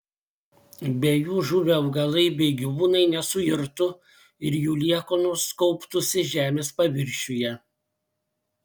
be jų žuvę augalai bei gyvūnai nesuirtų ir jų liekanos kauptųsi žemės paviršiuje